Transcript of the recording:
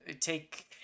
take